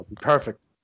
Perfect